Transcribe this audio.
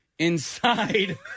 Inside